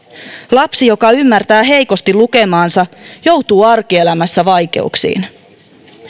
lapsi joka ymmärtää heikosti lukemaansa joutuu arkielämässä vaikeuksiin